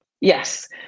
yes